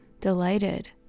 delighted